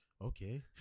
okay